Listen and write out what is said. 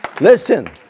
Listen